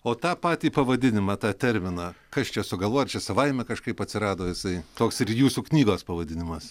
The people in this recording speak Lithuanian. o ta patį pavadinimą tą terminą kas čia sugalvojo ar čia savaime kažkaip atsirado jisai toks ir jūsų knygos pavadinimas